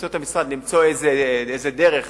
באמצעות המשרד, למצוא איזה דרך.